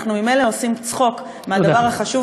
אנחנו ממילא עושים צחוק מהדבר החשוב